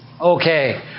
okay